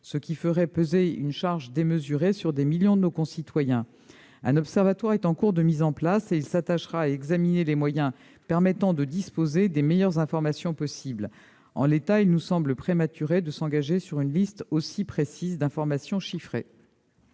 cela ferait peser une charge administrative démesurée sur des millions de nos concitoyens. Un observatoire est en cours de mise en place et il s'attachera à examiner les moyens permettant de disposer des meilleures informations possible. En l'état, il me semble prématuré de s'engager sur une liste aussi précise d'informations chiffrées.